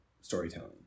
storytelling